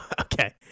Okay